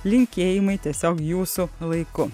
linkėjimai tiesiog jūsų laiku